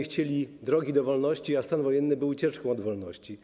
Chcieli drogi do wolności, a stan wojenny był ucieczką od wolności.